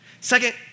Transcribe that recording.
Second